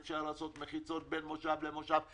אפשר לעשות מחיצות בין מושב למושב,